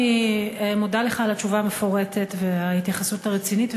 אני מודה לך על התשובה המפורטת וההתייחסות הרצינית,